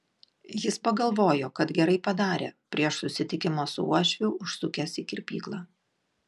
jis pagalvojo kad gerai padarė prieš susitikimą su uošviu užsukęs į kirpyklą